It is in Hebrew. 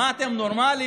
מה, אתם נורמליים?